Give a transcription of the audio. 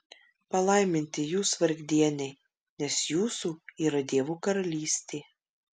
palaiminti jūs vargdieniai nes jūsų yra dievo karalystė